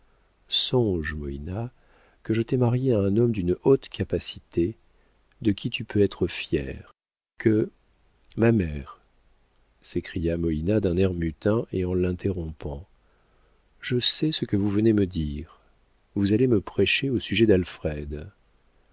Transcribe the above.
moïna que je t'ai mariée à un homme d'une haute capacité de qui tu peux être fière que ma mère s'écria moïna d'un air mutin et en l'interrompant je sais ce que vous venez me dire vous allez me prêcher au sujet d'alfred